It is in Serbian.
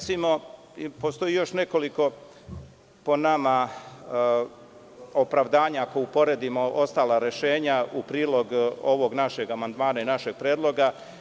Postoji po nama još nekoliko opravdanja, ako uporedimo ostala rešenja, u prilog ovog našeg amandmana i našeg predloga.